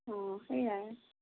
অ' সেইয়াই